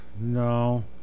No